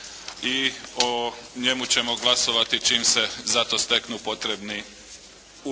I o njemu ćemo glasovati čim se za to steknu potrebni uvjeti.